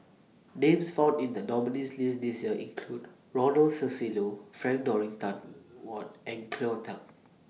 Names found in The nominees' list This Year include Ronald Susilo Frank Dorrington Ward and Cleo Thang